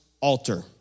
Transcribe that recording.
altar